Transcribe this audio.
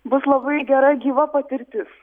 bus labai gera gyva patirtis